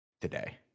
today